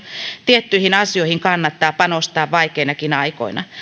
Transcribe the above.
tiettyihin asioihin kannattaa panostaa vaikeinakin aikoina